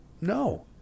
no